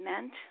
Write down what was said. meant